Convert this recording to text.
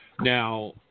Now